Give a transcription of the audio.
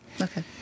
Okay